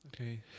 Okay